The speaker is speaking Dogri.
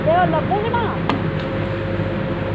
ते लब्भग ना